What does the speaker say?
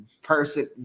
person